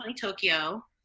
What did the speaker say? Tokyo